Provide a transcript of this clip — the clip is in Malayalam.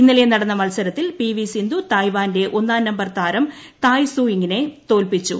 ഇന്നലെ നടന്ന മത്സരത്തിൽ പി വി സിന്ധു തായ്വാന്റെ ഒന്നാം നമ്പർ താരം തായ്സുയിങ്ങിനെ തോൽപ്പിച്ചു